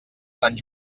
sant